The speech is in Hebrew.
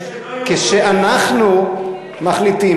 כשאנחנו מחליטים,